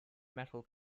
metal